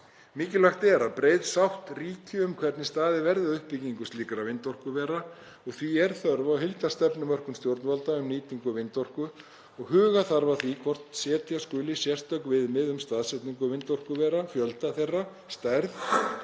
Mikilvægt er að breið sátt ríki um hvernig staðið verði að uppbyggingu slíkra vindorkuvera og því er þörf á heildarstefnumörkun stjórnvalda um nýtingu vindorku og huga þarf að því hvort setja skuli sérstök viðmið um staðsetningu vindorkuvera, fjölda þeirra og stærð